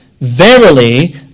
Verily